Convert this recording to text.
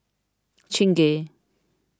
Chingay